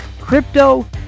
crypto